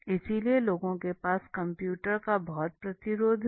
इसलिए लोगों के पास कंप्यूटर का बहुत प्रतिरोध था